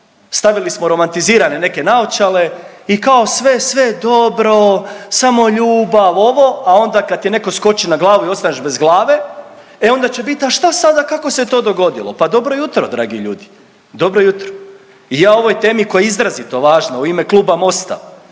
stavili smo romantizirane neke naočale i kao sve, sve je dobro, samo ljubav ovo, a onda kad ti netko skoči na glavu i ostaneš bez glave, e onda će biti a šta sada pa kako se to dogodilo, pa dobro jutro dragi ljudi, dobro jutro. I ja o ovoj temi koja je izrazito važna u ime Kluba MOST-a